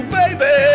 baby